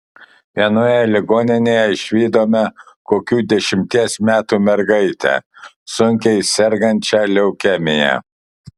vienoje ligoninėje išvydome kokių dešimties metų mergaitę sunkiai sergančią leukemija